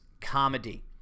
Comedy